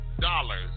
dollars